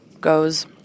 goes